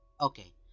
Okay